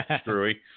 screwy